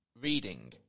reading